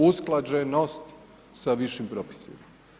Usklađenost sa višim propisima.